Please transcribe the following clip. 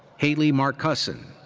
haley marcussen.